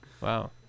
wow